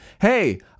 hey